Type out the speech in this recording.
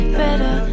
better